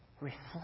reflect